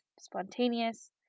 spontaneous